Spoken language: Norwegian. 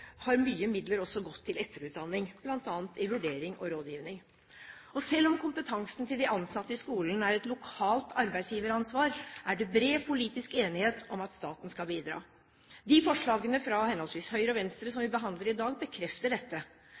har mye midler også gått til etterutdanning, bl.a. i vurdering og rådgivning. Selv om kompetansen til de ansatte i skolen er et lokalt arbeidsgiveransvar, er det bred politisk enighet om at staten skal bidra. De forslagene fra henholdsvis Høyre og Venstre som vi behandler i dag, bekrefter dette.